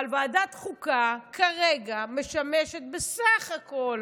אבל ועדת חוקה כרגע משמשת בסך הכול,